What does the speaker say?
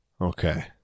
Okay